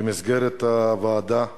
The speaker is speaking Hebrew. הלכתי, במסגרת הוועדה,